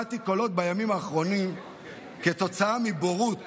בימים האחרונים שמעתי קולות כתוצאה מבורות